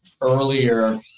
earlier